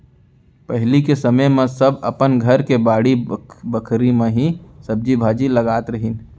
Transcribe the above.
पहिली के समे म सब अपन घर के बाड़ी बखरी म ही सब्जी भाजी लगात रहिन